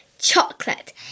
chocolate